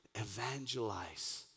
evangelize